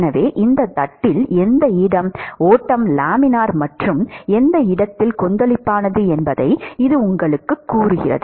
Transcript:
எனவே இந்தத் தட்டில் எந்த இடம் ஓட்டம் லேமினார் மற்றும் எந்த இடத்தில் கொந்தளிப்பானது என்பதை இது உங்களுக்குக் கூறுகிறது